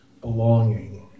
belonging